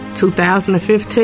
2015